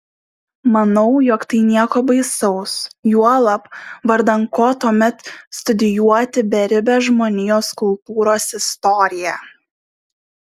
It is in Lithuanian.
manau jog tai nieko baisaus juolab vardan ko tuomet studijuoti beribę žmonijos kultūros istoriją